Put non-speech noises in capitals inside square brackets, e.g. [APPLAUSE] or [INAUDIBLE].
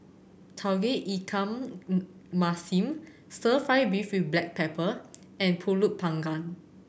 tauge ikan [HESITATION] masin Stir Fry beef with black pepper and Pulut Panggang